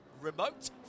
remote